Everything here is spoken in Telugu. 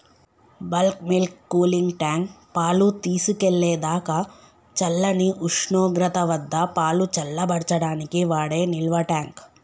బల్క్ మిల్క్ కూలింగ్ ట్యాంక్, పాలు తీసుకెళ్ళేదాకా చల్లని ఉష్ణోగ్రత వద్దపాలు చల్లబర్చడానికి వాడే నిల్వట్యాంక్